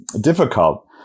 difficult